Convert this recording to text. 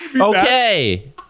Okay